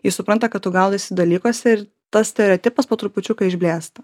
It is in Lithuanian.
jis supranta kad tu gaudaisi dalykuose ir tas stereotipas po trupučiuką išblėsta